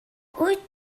wyt